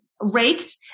raked